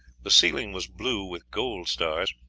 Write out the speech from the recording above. the ceiling was blue with gold stars,